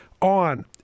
on